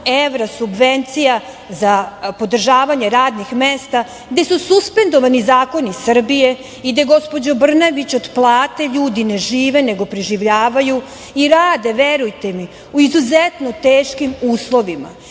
evra subvencija za podržavanje radnih mesta, gde su suspendovani zakoni Srbije i gde, gospođo Brnabić, od plate ljudi ne žive, nego preživljavaju i rade, verujte mi, u izuzetno teškim uslovima.